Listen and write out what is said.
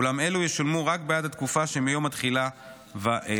אולם אלו ישולמו רק בעד התקופה שמיום התחילה ואילך.